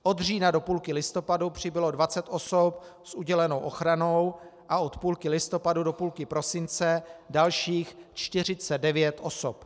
Od října do půlky listopadu přibylo 20 osob s udělenou ochranou a od půlky listopadu do půlky prosince dalších 49 osob.